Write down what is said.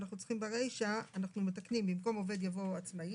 אנחנו מתקנים ברישא 'במקום "עובד" יבוא "עצמאי"',